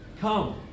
come